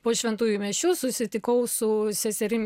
po šventųjų mišių susitikau su seserim